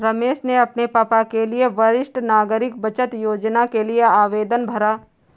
रमेश ने अपने पापा के लिए वरिष्ठ नागरिक बचत योजना के लिए आवेदन भरा